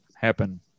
happen